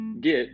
get